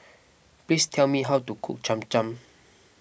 please tell me how to cook Cham Cham